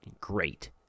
great